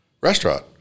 restaurant